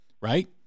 right